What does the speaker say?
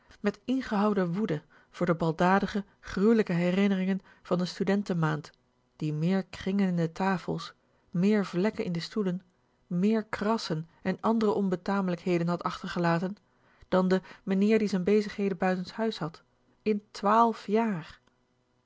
met ingehouden plakend woede voor de baldadige gruwelijke herinneringen van de s t u d e nt e m a a n d die meer kringen in de tafels meer vlekken in de stoelen meer krassen en andere onbetamelijkheden had achtergelaten dan de meneer die zn bezigheden buitenshuis had in twaalf jaar